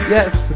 Yes